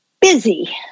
busy